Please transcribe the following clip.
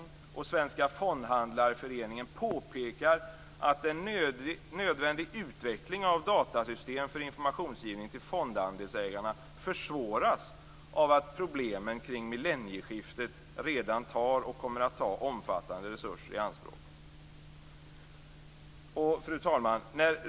Svenska Fondhandlarföreningen, påpekar att en nödvändig utveckling av datasystem för informationsgivning till fondandelsägarna försvåras av att problemen kring millennieskiftet redan tar och kommer att ta omfattande resurser i anspråk. Fru talman!